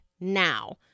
now